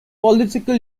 political